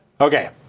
Okay